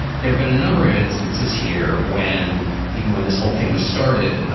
there've been a number of instances here when even when this whole thing was started,